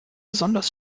besonders